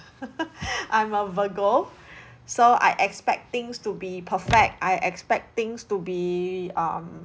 I'm a virgo so I expect things to be perfect I expect things to be um